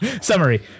summary